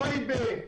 טייבה,